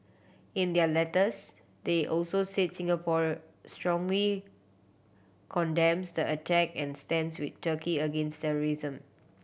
in their letters they also said Singapore strongly condemns the attack and stands with Turkey against terrorism